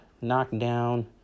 knockdown